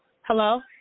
Hello